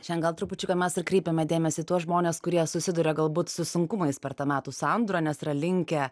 šian gal trupučiuką mes ir kreipiame dėmesį į tuos žmones kurie susiduria galbūt su sunkumais per tą metų sandurą nes yra linkę